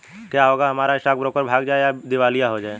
क्या होगा अगर हमारा स्टॉक ब्रोकर भाग जाए या दिवालिया हो जाये?